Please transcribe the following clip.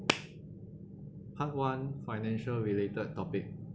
part one financial related topic